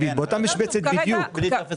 הדיווח שתהיה למי שתהיה לו דירה פטורה.